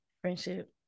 friendship